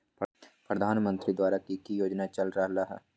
प्रधानमंत्री द्वारा की की योजना चल रहलई ह?